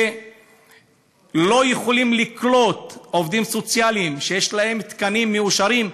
שלא יכולים לקלוט עובדים סוציאליים שיש להם תקנים מאושרים,